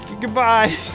goodbye